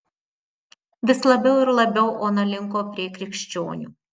vis labiau ir labiau ona linko prie krikščionių